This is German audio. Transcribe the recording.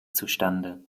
zustande